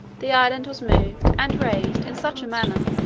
the island was moved and raised in such a manner,